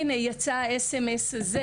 יצאה ההודעה,